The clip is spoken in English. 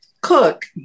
cook